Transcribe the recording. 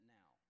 now